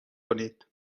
کنید